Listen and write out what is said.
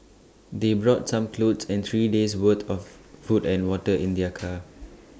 they brought some clothes and three days worth of food and water in their car